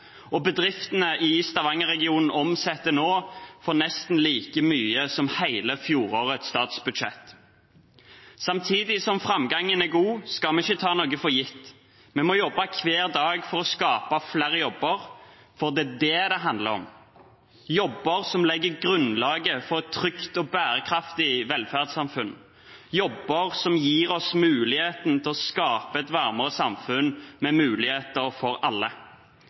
og bedriftene i stavangerregionen omsetter nå for nesten like mye som hele fjorårets statsbudsjett. Samtidig som framgangen er god, skal vi ikke ta noe for gitt. Vi må jobbe hver dag for å skape flere jobber, for det er det det handler om: jobber som legger grunnlaget for et trygt og bærekraftig velferdssamfunn, jobber som gir oss muligheten til å skape et varmere samfunn med muligheter for alle.